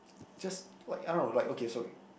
just like I don't know like okay so